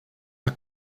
are